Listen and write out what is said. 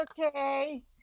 okay